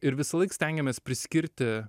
ir visąlaik stengiamės priskirti